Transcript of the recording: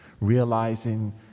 realizing